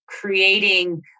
creating